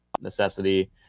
necessity